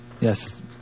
yes